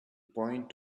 point